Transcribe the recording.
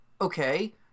okay